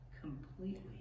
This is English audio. completely